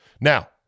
Now